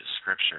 scripture